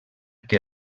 que